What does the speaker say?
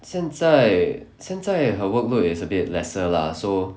现在现在 her workload is a bit lesser lah so